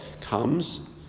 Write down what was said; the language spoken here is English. comes